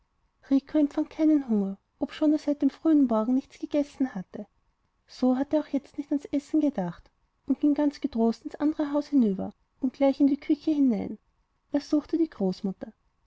empfand keinen hunger obschon er seit dem frühen morgen nichts gegessen hatte so hatte er auch jetzt nicht ans essen gedacht und ging ganz getrost ins andere haus hinüber und gleich in die küche hinein er suchte die großmutter